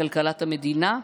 בכלכלת המדינה,